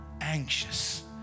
anxious